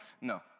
No